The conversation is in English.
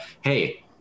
hey